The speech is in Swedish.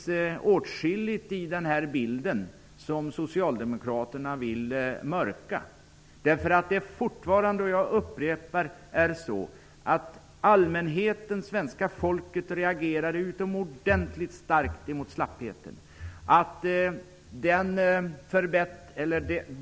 Åtskilligt i denna bild vill Socialdemokraterna mörklägga. Allmänheten -- jag upprepar detta -- har reagerat utomordentligt starkt mot slappheten.